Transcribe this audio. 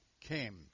came